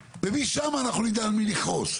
משם אנחנו נדע על מי לכעוס.